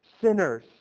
sinners